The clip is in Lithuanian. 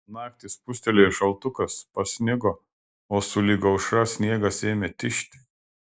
naktį spustelėjo šaltukas pasnigo o sulig aušra sniegas ėmė tižti